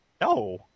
No